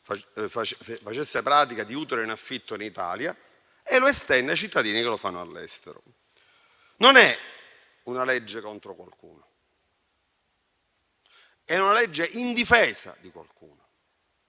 della pratica di utero in affitto in Italia e la estende ai cittadini che lo fanno all'estero. Non è una legge contro qualcuno: è una legge in difesa di qualcuno.